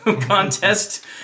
contest